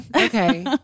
Okay